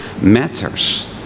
matters